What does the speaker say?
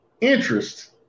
interest